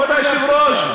כבוד היושב-ראש,